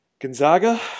Gonzaga